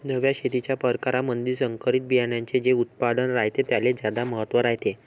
नव्या शेतीच्या परकारामंधी संकरित बियान्याचे जे उत्पादन रायते त्याले ज्यादा महत्त्व रायते